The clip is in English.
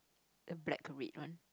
the black red one